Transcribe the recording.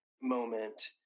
moment